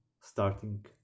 starting